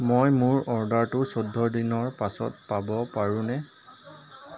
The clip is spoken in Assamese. মই মোৰ অৰ্ডাৰটো চৈধ্য দিনৰ পাছত পাব পাৰোঁনে